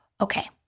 Okay